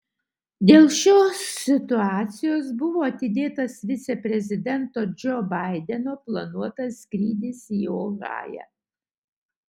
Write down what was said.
dėl šios situacijos buvo atidėtas viceprezidento džo baideno planuotas skrydis į ohają